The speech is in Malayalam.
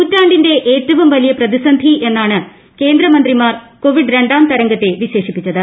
നൂറ്റാണ്ടിന്റെ ഏറ്റവും വലിയ പ്രതിസന്ധിയെന്നാണ് കേന്ദ്രമന്ത്രിമാർ കോവിഡ് രണ്ടാം തരംഗത്തെ വിശേഷിപ്പിച്ചത്